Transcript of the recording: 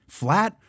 flat